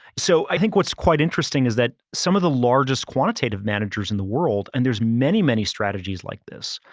so i think what's quite interesting is that some of the largest quantitative managers in the world, and there's many, many strategies like this,